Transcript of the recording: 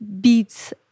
beats